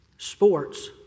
Sports